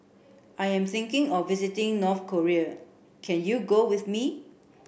I am thinking of visiting North Korea can you go with me